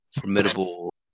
formidable